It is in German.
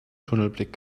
tunnelblick